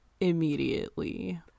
immediately